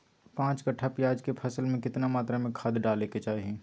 पांच कट्ठा प्याज के फसल में कितना मात्रा में खाद डाले के चाही?